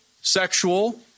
sexual